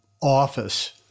office